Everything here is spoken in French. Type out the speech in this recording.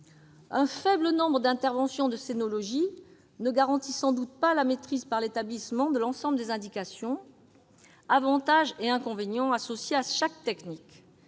Un faible nombre d'interventions de sénologie ne garantit sans doute pas la maîtrise par l'établissement de l'ensemble des indications, avantages et inconvénients associés à chaque technique.